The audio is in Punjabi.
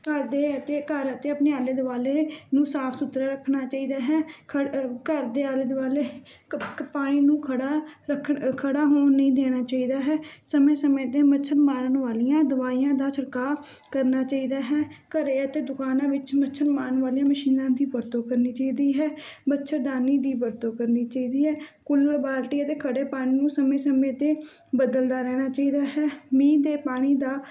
ਘਰ ਦੇ ਅਤੇ ਘਰ ਅਤੇ ਆਪਣੇ ਆਲੇ ਦੁਆਲੇ ਨੂੰ ਸਾਫ ਸੁਥਰਾ ਰੱਖਣਾ ਚਾਹੀਦਾ ਹੈ ਘ ਘਰ ਦੇ ਆਲੇ ਦੁਆਲੇ ਕੱ ਕ ਪਾਣੀ ਨੂੰ ਖੜ੍ਹਾ ਰੱਖ ਖੜ੍ਹਾ ਹੋਣ ਨਹੀਂ ਦੇਣਾ ਚਾਹੀਦਾ ਹੈ ਸਮੇਂ ਸਮੇਂ 'ਤੇ ਮੱਛਰ ਮਾਰਨ ਵਾਲੀਆਂ ਦਵਾਈਆਂ ਦਾ ਛਿੜਕਾਅ ਕਰਨਾ ਚਾਹੀਦਾ ਹੈ ਘਰ ਅਤੇ ਦੁਕਾਨਾਂ ਵਿੱਚ ਮੱਛਰ ਮਾਰਨ ਵਾਲੀਆਂ ਮਸ਼ੀਨਾਂ ਦੀ ਵਰਤੋਂ ਕਰਨੀ ਚਾਹੀਦੀ ਹੈ ਮੱਛਰਦਾਨੀ ਦੀ ਵਰਤੋਂ ਕਰਨੀ ਚਾਹੀਦੀ ਹੈ ਕੁੱਲਰ ਬਾਲਟੀ ਅਤੇ ਖੜ੍ਹੇ ਪਾਣੀ ਨੂੰ ਸਮੇਂ ਸਮੇਂ 'ਤੇ ਬਦਲਦਾ ਰਹਿਣਾ ਚਾਹੀਦਾ ਹੈ ਮੀਂਹ ਦੇ ਪਾਣੀ ਦਾ